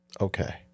okay